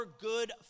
good